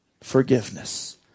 Forgiveness